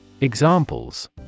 Examples